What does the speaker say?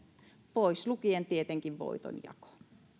pois lukien tietenkin voitonjako